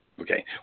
Okay